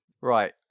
Right